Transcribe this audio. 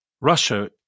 Russia